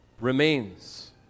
remains